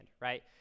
right